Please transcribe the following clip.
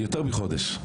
יותר מחודש,